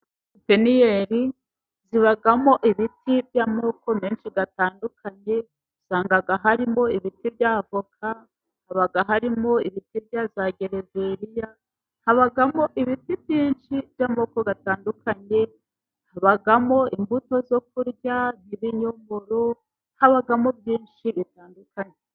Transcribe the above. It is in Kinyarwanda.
Pepiniyeri zibamo ibiti by'amoko menshi atandukanye. Usanga harimo ibiti bya avoka, haba harimo ibiti bya gereveriya, habamo ibiti byinshi by'amoko atandukanye. Habamo imbuto zo kurya, ibinyomo, habamo byinshi bitandukanye.